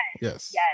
Yes